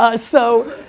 ah so,